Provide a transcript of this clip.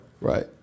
right